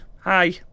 Hi